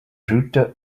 router